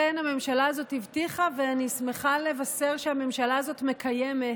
הבטיחה, ואני שמחה לבשר שהממשלה הזאת מקיימת.